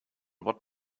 what